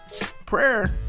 prayer